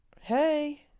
hey